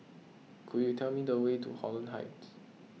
could you tell me the way to Holland Heights